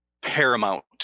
paramount